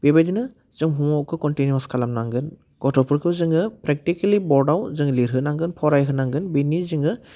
बेबायदिनो जों हमवार्कखौ कनटिनिउआस खालामनांगोन गथ'फोरखौ जोङो प्रेकटिकेलि बर्डआव जोङो लिरहोनांगोन फरायहोनांगोन बिनि जोङो